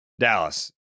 Dallas